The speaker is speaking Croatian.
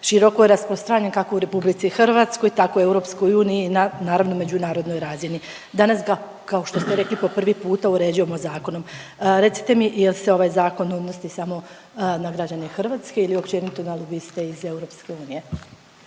Široko rasprostranjen kako u RH tako i EU naravno na međunarodnoj razini. Danas ga kao što ste rekli po prvi puta uređujemo zakonom. Recite mi, jel se ovaj zakon odnosi samo na građane Hrvatske ili općenito na lobiste iz EU?